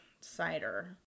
cider